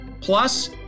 Plus